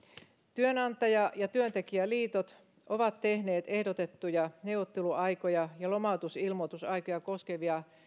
työnantaja ja työntekijäliitot ovat tehneet ehdotettuja neuvotteluaikoja ja lomautusilmoitusaikoja koskevia